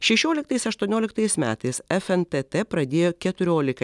šešioliktais aštuonioliktais metais fntt pradėjo keturiolika